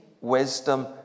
wisdom